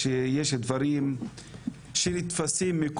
בשביל להגיד לכבוד הנשיא- תתרום אתה את חלקך.